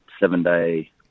seven-day